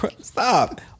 Stop